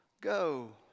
go